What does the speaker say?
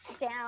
down